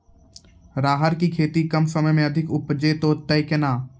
राहर की खेती कम समय मे अधिक उपजे तय केना?